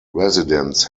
residents